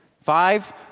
Five